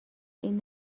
این